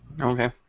Okay